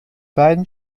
beiden